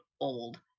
old